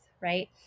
right